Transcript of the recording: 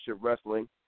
Wrestling